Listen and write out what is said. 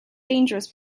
dangerous